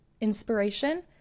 inspiration